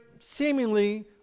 seemingly